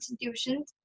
institutions